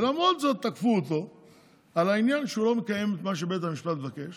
ולמרות זאת תקפו אותו על זה שהוא לא מקיים את מה שבית המשפט מבקש